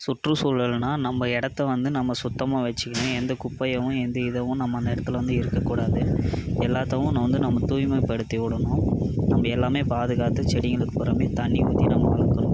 சுற்றுசூழல்ன்னா நம்ப இடத்த வந்து நம்ம சுத்தமாக வச்சிக்கணும் எந்த குப்பையும் எந்த இதுவும் நம்ம அந்த இடத்துல வந்து இருக்கக்கூடாது எல்லாத்தையும் வந்து நம்ம தூய்மை படுத்தி உடனும் அப்படி எல்லாமே பாதுகாத்து செடிகளுக்கு போறமாதிரி தண்ணி ஊற்றி நம்ம வளர்க்கணும்